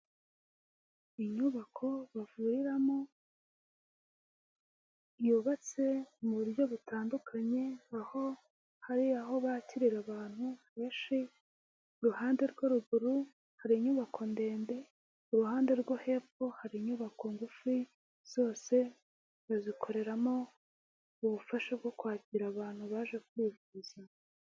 Inyubako bavuriramo yubatse mu buryo butandukanye, aho hari aho bakirira abantu benshi, iruhande rwo ruguru hari inyubako ndende, iruhande rwo hepfo hari inyubako ngufi, zose bazikoreramo ubufasha bwo kwakira abantu baje kwivuza.